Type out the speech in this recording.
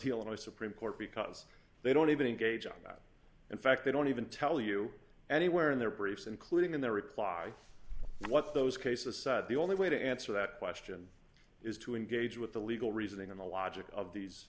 illinois supreme court because they don't even engage in that in fact they don't even tell you anywhere in their briefs including in their reply what those cases said the only way to answer that question is to engage with the legal reasoning and the logic of these